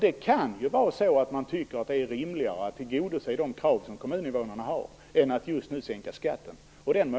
Det kan vara så att man tycker att det är rimligare att tillgodose de krav som kommuninvånarna har än att just nu sänka skatten.